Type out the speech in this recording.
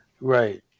Right